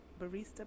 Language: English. barista